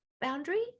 boundary